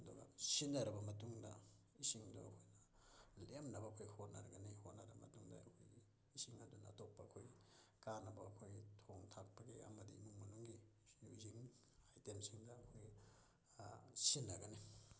ꯑꯗꯨꯒ ꯁꯤꯖꯤꯟꯅꯔꯕ ꯃꯇꯨꯡꯗ ꯏꯁꯤꯡꯗꯨ ꯂꯦꯝꯅꯕ ꯑꯩꯈꯣꯏ ꯍꯣꯠꯅꯔꯒꯅꯤ ꯍꯣꯠꯅꯔ ꯃꯇꯨꯡꯗ ꯏꯁꯤꯡ ꯑꯗꯨꯅ ꯑꯇꯣꯞꯄ ꯑꯩꯈꯣꯏ ꯀꯥꯅꯕ ꯑꯩꯈꯣꯏ ꯊꯣꯡ ꯊꯥꯛꯄꯒꯤ ꯑꯃꯗꯤ ꯏꯃꯨꯡ ꯃꯅꯨꯡꯒꯤ ꯑꯥꯏꯇꯦꯝꯁꯤꯡꯗ ꯑꯩꯈꯣꯏ ꯁꯤꯖꯤꯟꯅꯒꯅꯤ